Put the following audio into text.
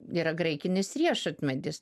yra graikinis riešutmedis